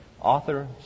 author